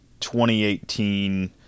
2018